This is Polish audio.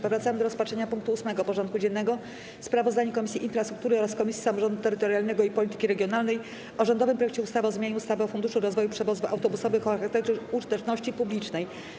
Powracamy do rozpatrzenia punktu 8. porządku dziennego: Sprawozdanie Komisji Infrastruktury oraz Komisji Samorządu Terytorialnego i Polityki Regionalnej o rządowym projekcie ustawy o zmianie ustawy o Funduszu rozwoju przewozów autobusowych o charakterze użyteczności publicznej.